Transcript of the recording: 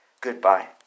Goodbye